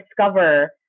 discover